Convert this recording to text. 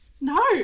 No